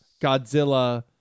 Godzilla